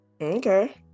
Okay